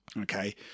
Okay